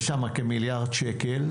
יש שם כמיליארד שקל,